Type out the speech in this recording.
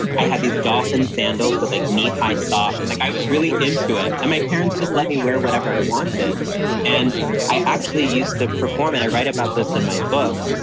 i had these dolphin sandals with like knee high socks, like i was really into it. and my parents just let me wear whatever i wanted yeah and i actually used to perform and i write about this in my book,